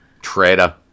Traitor